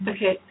Okay